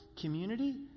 community